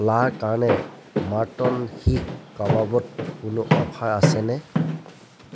লা Carne mutton seekh কাবাবত কোনো অফাৰ আছেনে